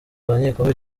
abanyekongo